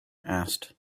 asked